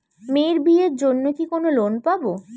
মেয়ের বিয়ের জন্য কি কোন লোন পাব?